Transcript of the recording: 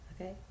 Okay